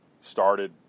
started